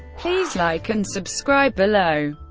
please like and subscribe below.